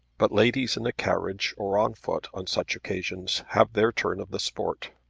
but ladies in a carriage or on foot on such occasions have their turn of the sport.